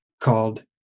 called